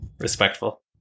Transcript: Respectful